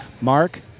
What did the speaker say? Mark